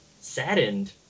saddened